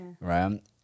right